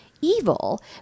evil